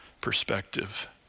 perspective